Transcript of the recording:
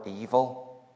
evil